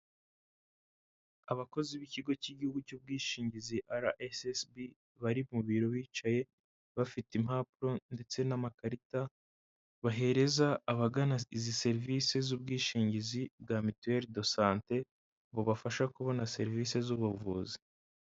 Abakozi b'ikigo k'igihugu cy'ubwishingizi RSSB bari mu biro bicaye bafite impapuro ndetse n'amakarita bahereza abagana izi serivisi z'ubwishingizi bwa mutuelle de sante ngo babafashe kubona serivisi z'ubuvuzi.